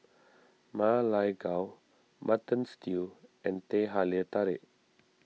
Ma Lai Gao Mutton Stew and Teh Halia Tarik